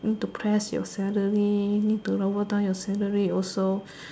need to press your salary need to lower down your salary also